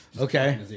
Okay